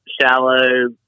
shallow